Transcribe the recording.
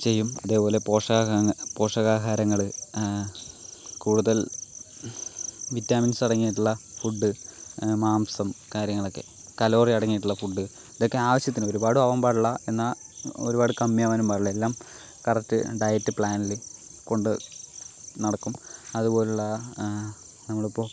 ചെയ്യും ഇതേ പോലെ പോഷകാഹാരങ്ങൾ കൂടുതൽ വിറ്റാമിൻസ് അടങ്ങിയിട്ടുള്ള ഫുഡ് മാംസം കാര്യങ്ങളൊക്കെ കലോറി അടങ്ങിയിട്ടുള്ള ഫുഡ് ഇതൊക്കെ ആവശ്യത്തിന് ഒരുപാടും ആവാൻ പാടില്ല എന്നാൽ ഒരുപാട് കമ്മി ആവാനും പാടില്ല എല്ലാം കറക്റ്റ് ഡയറ്റ് പ്ലാനിൽ കൊണ്ട് നടക്കും അത് പോലുള്ള നമ്മളിപ്പോൾ